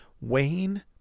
Wayne